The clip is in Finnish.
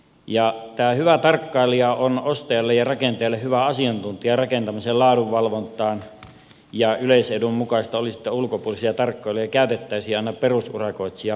tämä hyvä tarkkailija on ostajalle ja rakentajalle hyvä asiantuntija rakentamisen laadunvalvontaan ja yleisen edun mukaista olisi että ulkopuolisia tarkkailijoita käytettäisiin aina perusurakoitsijan velvoitteella